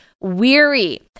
weary